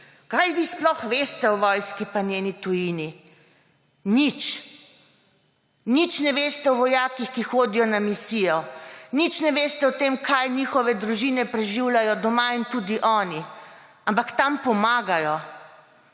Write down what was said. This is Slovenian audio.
Kaj vi sploh veste o vojski pa njeni tujini?! Nič, nič ne veste o vojakih, ki hodijo na misijo, nič ne veste o tem, kaj njihove družine preživljajo doma in tudi oni. Ampak tam pomagajo.